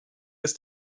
ist